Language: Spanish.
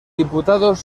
diputados